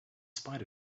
spite